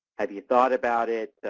have you thought about it?